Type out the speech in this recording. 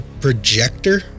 projector